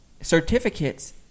certificates